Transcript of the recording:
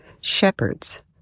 shepherds